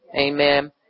Amen